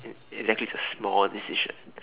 e~ exactly is a small decision